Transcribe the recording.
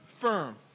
firm